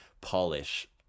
polish